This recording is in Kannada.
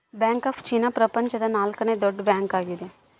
ಬ್ಯಾಂಕ್ ಆಫ್ ಚೀನಾ ಪ್ರಪಂಚದ ನಾಲ್ಕನೆ ದೊಡ್ಡ ಬ್ಯಾಂಕ್ ಆಗ್ಯದ